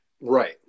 Right